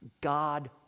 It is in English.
God